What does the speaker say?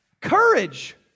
Courage